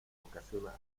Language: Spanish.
ocasiona